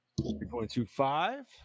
3.25